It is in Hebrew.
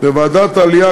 בוועדת העלייה,